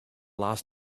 last